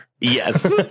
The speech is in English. Yes